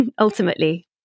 ultimately